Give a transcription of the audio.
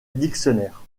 dictionnaire